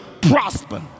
Prosper